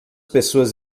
pessoas